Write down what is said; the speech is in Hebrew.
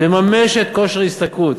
מממשת כושר השתכרות,